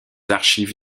archives